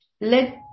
let